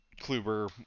Kluber